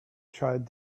tried